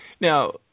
Now